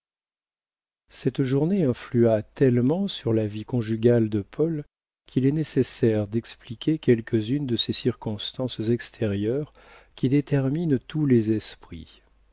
cette journée influa tellement sur la vie conjugale de paul qu'il est nécessaire d'expliquer quelques-unes de ces circonstances extérieures qui déterminent tous les esprits